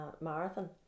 marathon